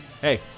hey